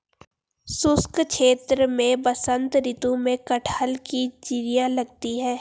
शुष्क क्षेत्र में बसंत ऋतु में कटहल की जिरीयां लगती है